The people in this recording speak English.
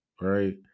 right